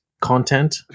content